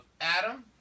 Adam